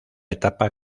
etapa